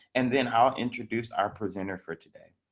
and then i'll introduce our presenter for today.